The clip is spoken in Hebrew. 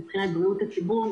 הן מבחינת בריאות הציבור,